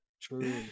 True